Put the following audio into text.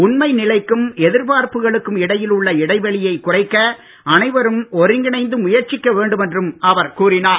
உண்மை நிலைக்கும் எதிர்பார்ப்புகளுக்கும் இடையில் உள்ள இடைவெளியைக் குறைக்க அனைவரும் ஒருங்கிணைந்து முயற்சிக்க வேண்டும் என்றும் அவர் கூறினார்